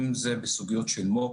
אם זה בסוגיות של מו"פ,